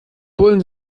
bullen